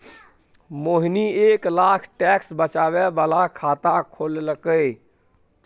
मोहिनी एक लाख टैक्स बचाबै बला खाता खोललकै